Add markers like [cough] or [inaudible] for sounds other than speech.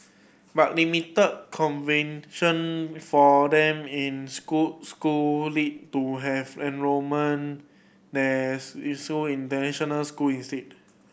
but limited convention for them in school school lead to have enrolment their [unintelligible] international school instead